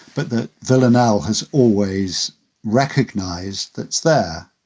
but the villanelle has always recognized that's there.